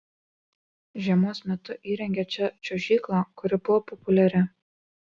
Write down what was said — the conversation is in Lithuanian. žiemos metu įrengė čia čiuožyklą kuri buvo populiari